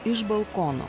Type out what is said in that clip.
iš balkono